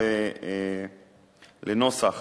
לנוסח